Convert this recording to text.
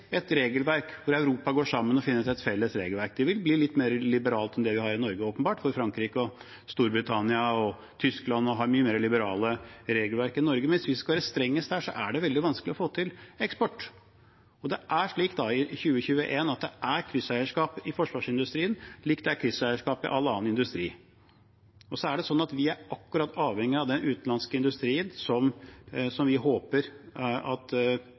et regelverk hvor Europa går sammen og får et felles regelverk. Det vil bli litt mer liberalt enn det vi har i Norge, åpenbart, for Frankrike, Storbritannia og Tyskland har mye mer liberale regelverk enn Norge, men hvis vi skal være strengest her, er det veldig vanskelig å få til eksport. Det er slik i 2021 at det er krysseierskap i forsvarsindustrien, slik det er krysseierskap i all annen industri. Så er det slik at vi er akkurat like avhengige av den utenlandske industrien som vi håper at